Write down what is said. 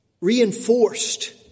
reinforced